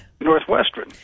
Northwestern